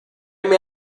may